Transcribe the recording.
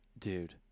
Dude